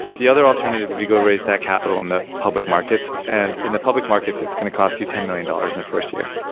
the other alternative, if you go raise that capital in the public markets, and in the public markets it's going to cost you ten million dollars in the first year,